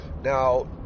Now